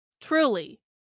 truly